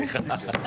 בבקשה.